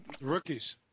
Rookies